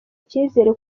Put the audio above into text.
icyizere